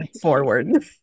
forward